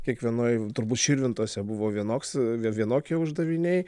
kiekvienoj turbūt širvintose buvo vienoks vienokie uždaviniai